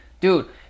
dude